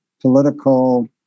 political